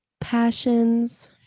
passions